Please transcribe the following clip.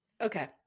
Okay